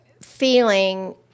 feeling